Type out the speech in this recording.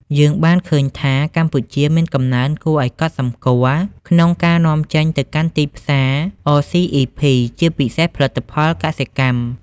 យើងបានឃើញថា កម្ពុជាមានកំណើនគួរឱ្យកត់សម្គាល់ក្នុងការនាំចេញទៅកាន់ទីផ្សារ អ សុី អុី ភី(RCEP) ជាពិសេសផលិតផលកសិកម្ម។